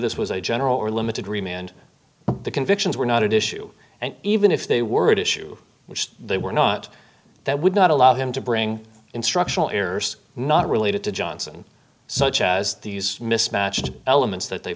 this was a general or limited remained the convictions were not at issue and even if they were at issue which they were not that would not allow him to bring instructional errors not related to johnson such as these mismatched elements that they